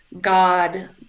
God